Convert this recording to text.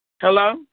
Hello